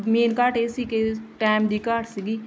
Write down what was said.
main ਘਾਟ ਇਹ ਸੀ ਕਿ ਟਾਈਮ ਦੀ ਘਾਟ ਸੀਗੀ